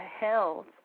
health